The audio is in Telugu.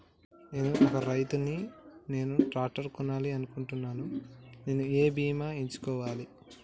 నేను ఒక రైతు ని నేను ట్రాక్టర్ కొనాలి అనుకుంటున్నాను నేను ఏ బీమా ఎంచుకోవాలి?